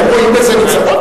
הם רואים בזה ניצחון.